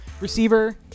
receiver